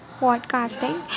podcasting